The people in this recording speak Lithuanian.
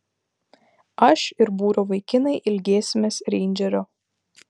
aš ir būrio vaikinai ilgėsimės reindžerio